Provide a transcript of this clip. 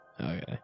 okay